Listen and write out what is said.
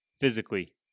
physically